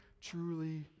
truly